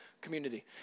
community